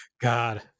God